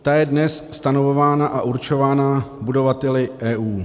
Ta je dnes stanovována a určována budovateli EU.